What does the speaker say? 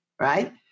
right